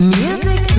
music